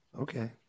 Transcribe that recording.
Okay